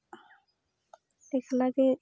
ᱮᱠᱞᱟ ᱜᱮ